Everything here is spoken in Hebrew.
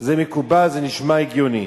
זה מקובל, זה נשמע הגיוני.